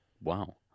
Wow